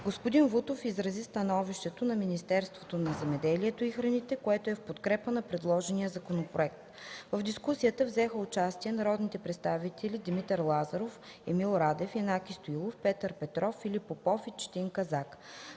Господин Вутов изрази становището на Министерството на земеделието и храните, което е в подкрепа на предложения законопроект. В дискусията взеха участие народните представители Димитър Лазаров, Емил Радев, Янаки Стоилов, Петър Петров, Филип Попов и Четин Казак.